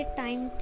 time